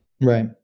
Right